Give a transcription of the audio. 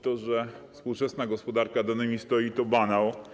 To, że współczesna gospodarka danymi stoi, to banał.